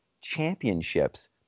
championships